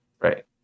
Right